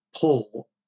pull